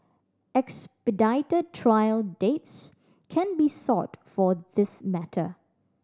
expedited trial dates can be sought for this matter